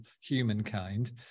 humankind